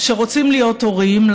שרוצים להיות הורים,